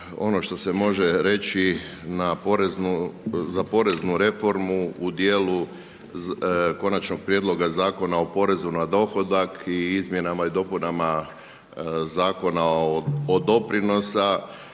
ono što se može reći za poreznu reformu u dijelu Konačnog prijedloga zakona o porezu na dohodak i izmjenama i dopunama Zakona o doprinosima